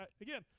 again